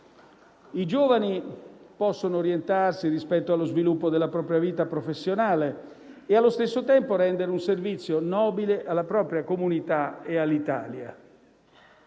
I giovani possono orientarsi rispetto allo sviluppo della propria vita professionale e, allo stesso tempo, rendere un servizio nobile alla propria comunità e all'Italia.